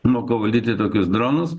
moka valdyti tokius dronus